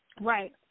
right